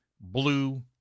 blue